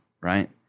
right